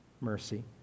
mercy